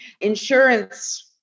Insurance